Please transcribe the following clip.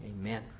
Amen